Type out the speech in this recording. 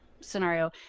scenario